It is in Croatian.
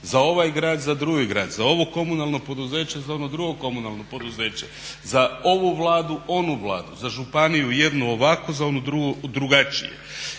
Za ovaj grad, za drugi grad, za ovo komunalno poduzeće, za ono drugo komunalno poduzeće, za ovu Vladu, onu Vladu, za županiju jednu ovako, za onu drugu